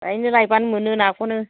बाहायनो लायबानो मोनो नाखौनो